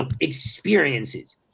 experiences